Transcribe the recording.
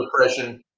depression